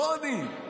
לא אני,